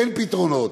אין פתרונות.